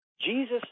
Jesus